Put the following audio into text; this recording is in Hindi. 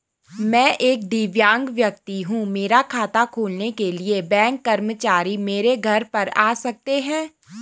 मैं एक दिव्यांग व्यक्ति हूँ मेरा खाता खोलने के लिए बैंक कर्मचारी मेरे घर पर आ सकते हैं?